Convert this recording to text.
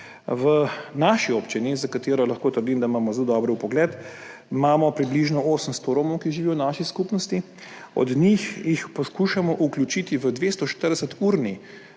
V naši občini, za katero lahko trdim, da imamo zelo dober vpogled, imamo približno 800 Romov, ki živijo v naši skupnosti. Od teh 800, ki jih poskušamo vključiti v 240-urni